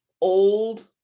old